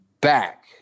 back